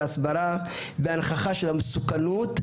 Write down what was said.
מהסברה ומהנכחה של המסוכנות,